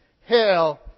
Hail